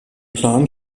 plan